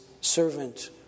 servant